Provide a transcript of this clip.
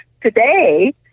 today